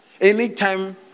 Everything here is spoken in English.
Anytime